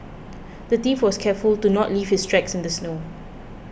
the thief was careful to not leave his tracks in the snow